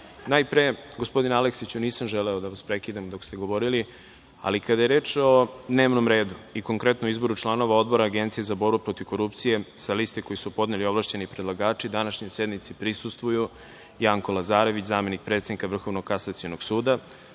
najpre, gospodine Aleksiću, nisam želeo da vas prekinem dok ste govorili, ali kada je reč o dnevnom redu i konkretno o izboru članova Odbora Agencije za borbu protiv korupcije, sa lista koju su podneli ovlašćeni predlagači, današnjoj sednici prisustvuju Janko Lazarević, zamenik predsednika VKS, Radoslav